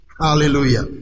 Hallelujah